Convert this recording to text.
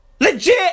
Legit